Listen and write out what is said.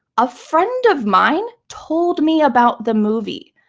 a friend of mine told me about the movie.